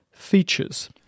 features